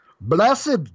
blessed